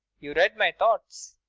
you read my thoughts.